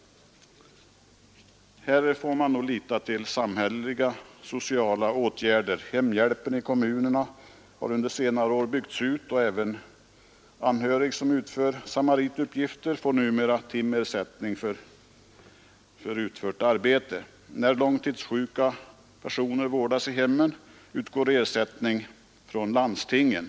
Här får man nog lita till samhälleliga sociala åtgärder. Hemhjälpen i kommunerna har under senare år byggts ut, och även anhörig som utfört samarituppgifter får numera timersättning för utfört arbete. När långtidssjuka personer vårdas i hemmen utgår ersättning från landstingen.